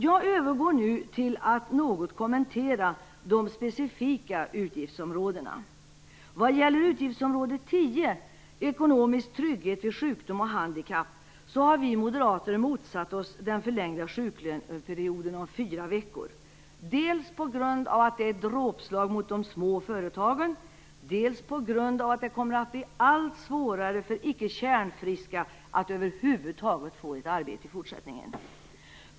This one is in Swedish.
Jag övergår nu till att något kommentera de specifika utgiftsområdena. När det gäller utgiftsområde 10 Ekonomisk trygghet vid sjukdom och handikapp har vi moderater motsatt oss den förlängda sjuklöneperioden om fyra veckor, dels på grund av att den är ett dråpslag mot de små företagen, dels på grund av att det i fortsättningen kommer att bli allt svårare för icke "kärnfriska" att över huvud taget få ett arbete.